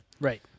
Right